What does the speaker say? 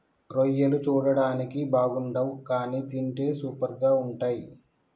రొయ్యలు చూడడానికి బాగుండవ్ కానీ తింటే సూపర్గా ఉంటయ్